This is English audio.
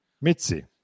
Mitzi